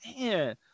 man